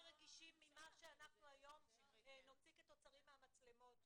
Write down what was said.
רגישים ממה שאנחנו היום נוציא כתוצרים מהמצלמות.